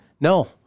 No